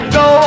go